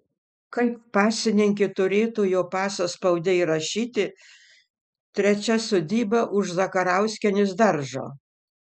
kaip pasininkė turėtų jo paso spaude įrašyti trečia sodyba už zakarauskienės daržo